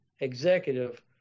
executive